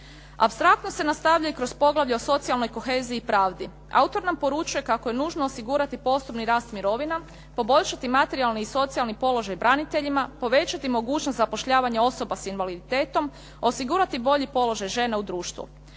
Apstraktno se nastavlja i kroz poglavlje o socijalnoj koheziji i pravdi. Autor nam poručuje kako je nužno osigurati postupni rast mirovina, poboljšati materijalni i socijalni položaj braniteljima, povećati mogućnost zapošljavanja osoba s invaliditetom, osigurati bolji položaj žena u društvu.